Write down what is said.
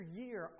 year